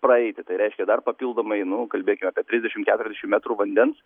praeiti tai reiškia dar papildomai nu kalbėkim apie trisdešimt keturiasdešimt metrų vandens